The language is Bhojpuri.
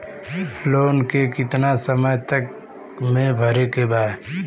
लोन के कितना समय तक मे भरे के बा?